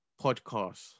podcast